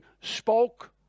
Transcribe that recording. spoke